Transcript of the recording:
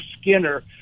Skinner